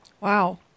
Wow